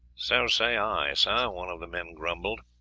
so say i, sir, one of the men grumbled